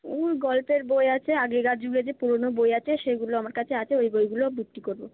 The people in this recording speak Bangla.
ওই গল্পের বই আছে আগেকার যুগে যে পুরোনো বই আছে সেগুলো আমার কাছে আছে ওই বইগুলো আমি বিক্রি করবো